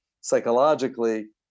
psychologically